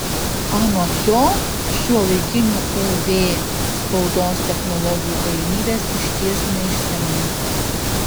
anot jo šiuolaikinių uv spaudos technologijų galimybės išties neišsemiamos